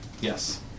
Yes